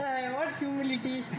eh what humility